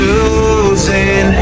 Losing